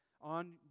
on